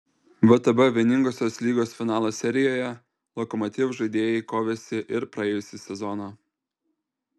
vtb vieningosios lygos finalo serijoje lokomotiv žaidėjai kovėsi ir praėjusį sezoną